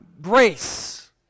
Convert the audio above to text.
grace